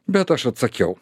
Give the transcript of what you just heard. bet aš atsakiau